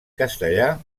castellà